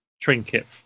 trinket